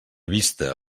vista